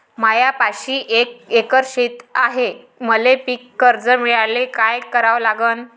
मायापाशी एक एकर शेत हाये, मले पीककर्ज मिळायले काय करावं लागन?